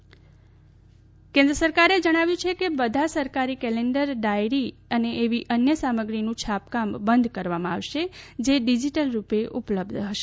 સરકારી ઓનલાઇન પ્રકાશન કેન્દ્ર સરકારે જણાવ્યું છે કે બધા સરકારી કેલેન્ડર ડાયરી અને એવી અન્ય સામગ્રીનું છાપકામ બંધ કરવામાં આવશે જે ડીજીટલ રૂપે ઉપલબ્ધ હશે